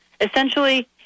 Essentially